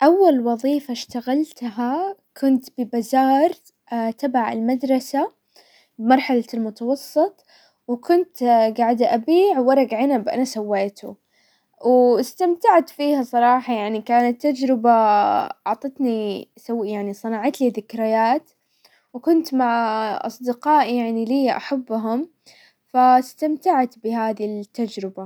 اول وظيفة اشتغلتها كنت ببزار تبع المدرسة مرحلة المتوسط، وكنت قاعدة ابيع ورق عنب انا سويته، واستمتعت فيها صراحة يعني كانت تجربة اعطتني يعني صنعت لي ذكريات، وكنت مع اصدقائي يعني لي احبهم استمتعت بهذي التجربة.